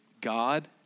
God